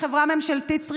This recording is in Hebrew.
החברה הממשלתית,